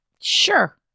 Sure